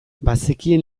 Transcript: bazekien